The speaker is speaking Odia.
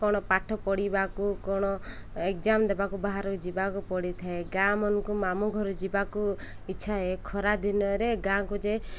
କ'ଣ ପାଠ ପଢ଼ିବାକୁ କ'ଣ ଏଗ୍ଜାମ୍ ଦେବାକୁ ବାହାର ଯିବାକୁ ପଡ଼ିଥାଏ ଗାଁମାନଙ୍କୁ ମାମୁଁ ଘର ଯିବାକୁ ଇଚ୍ଛା ଖରା ଦିନରେ ଗାଁକୁ ଯେ